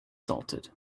salted